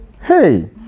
Hey